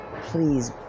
please